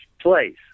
place